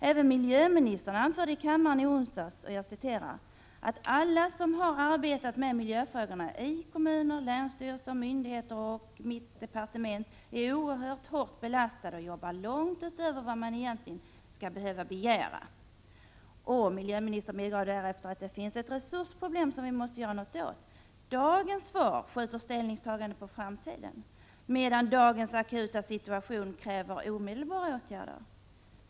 Även miljöministern anförde i kammaren i onsdags att ”alla som har arbetat med miljöfrågorna — i kommuner, länsstyrelser, myndigheter och mitt departement — är oerhört hårt belastade och jobbar långt utöver vad man egentligen skall behöva begära”. Miljöministern medgav därefter att det finns ett resursproblem, som vi måste göra någonting åt. Dagens svar skjuter ställningstagandet på framtiden, medan dagens akuta situation kräver omedelbara åtgärder.